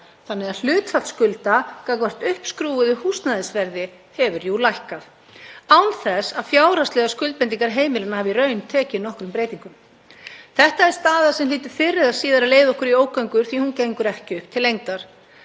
þannig að hlutfall skulda gagnvart uppskrúfuðu húsnæðisverði hefur jú lækkað án þess að fjárhagslegar skuldbindingar heimilanna hafi í raun tekið nokkrum breytingum. Þetta er staða sem hlýtur fyrr eða síðar að leiða okkur í ógöngur því að hún gengur ekki upp til lengdar.